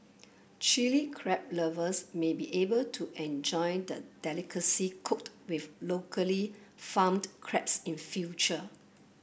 Chilli Crab lovers may be able to enjoy the delicacy cooked with locally farmed crabs in future